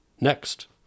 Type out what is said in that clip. next